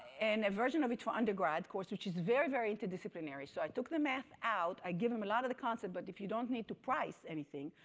and a version of it to undergrads, of course, which is very very into disciplinary. so i took the math out, i give them a lot of the concept. but if you don't need to price anything,